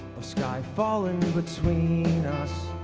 of sky falling between us